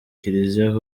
kiliziya